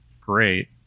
great